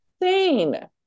Insane